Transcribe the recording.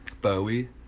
Bowie